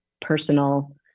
personal